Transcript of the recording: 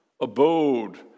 abode